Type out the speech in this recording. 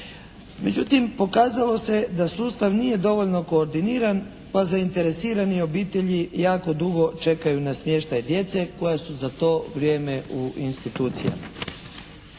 Međutim, pokazalo se da sustav nije dovoljno koordinirani pa zainteresirane obitelji jako dugo čekaju na smještaj djece koje su za to vrijeme u institucijama.